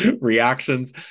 reactions